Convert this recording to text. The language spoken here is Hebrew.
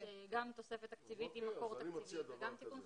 גם תוספת תקציבית עם מקור תקציבי וגם תיקון חקיקה.